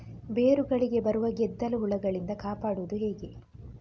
ಬೇರುಗಳಿಗೆ ಬರುವ ಗೆದ್ದಲು ಹುಳಗಳಿಂದ ಕಾಪಾಡುವುದು ಹೇಗೆ?